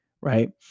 right